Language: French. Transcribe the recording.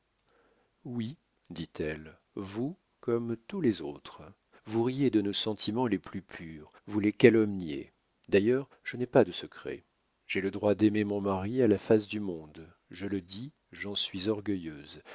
oui dit-elle vous comme tous les autres vous riez de nos sentiments les plus purs vous les calomniez d'ailleurs je n'ai pas de secrets j'ai le droit d'aimer mon mari à la face du monde je le dis j'en suis orgueilleuse et